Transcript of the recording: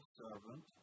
servant